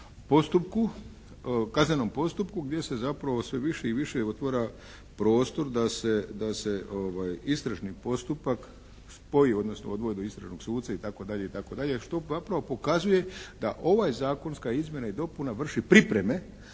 postupku, kaznenom postupku gdje se zapravo sve više i više otvara prostor da se istražni postupak spoji odnosno odvoji od istražnog suda itd., što zapravo pokazuje da ova zakonska izmjena i dopuna vrši pripreme